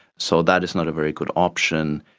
so that is not a very good option.